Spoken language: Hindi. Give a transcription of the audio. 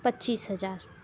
पच्चीस हज़ार